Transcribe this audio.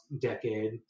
decade